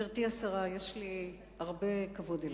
גברתי השרה, יש לי הרבה כבוד אלייך,